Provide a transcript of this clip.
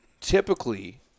typically